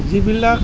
যিবিলাক